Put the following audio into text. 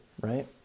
right